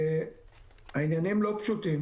העניינים לא פשוטים,